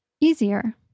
easier